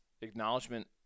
acknowledgement